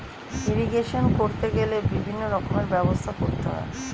irrigation করতে গেলে বিভিন্ন রকমের ব্যবস্থা করতে হয়